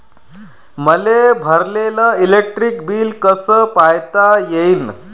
मले भरलेल electric bill कस पायता येईन?